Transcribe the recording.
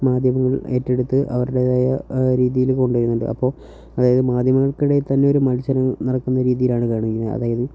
മാധ്യമങ്ങൾ ഏറ്റെടുത്ത് അവരുടേതായ രീതിയിൽ കൊണ്ടുവരുന്നുണ്ട് അപ്പോൾ അതായത് മാധ്യമങ്ങൾക്കിടയിൽ തന്നെ ഒരു മത്സരം നടക്കുന്ന രീതിയിലാണ് കാണുന്നത് അതായത്